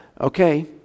okay